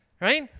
right